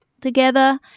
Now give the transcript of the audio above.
together